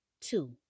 Two